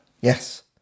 Yes